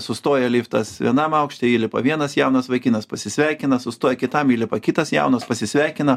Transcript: sustoja liftas vienam aukšte įlipa vienas jaunas vaikinas pasisveikina sustoja kitam įlipa kitas jaunas pasisveikina